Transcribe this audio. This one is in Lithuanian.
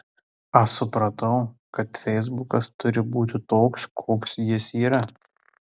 aš supratau kad feisbukas turi būti toks koks jis yra